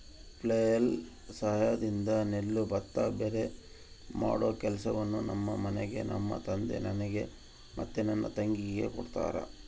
flail ಸಹಾಯದಿಂದ ನೆಲ್ಲು ಭತ್ತ ಭೇರೆಮಾಡೊ ಕೆಲಸವನ್ನ ನಮ್ಮ ಮನೆಗ ನಮ್ಮ ತಂದೆ ನನಗೆ ಮತ್ತೆ ನನ್ನ ತಂಗಿಗೆ ಕೊಡ್ತಾರಾ